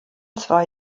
zwei